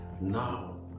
Now